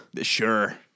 Sure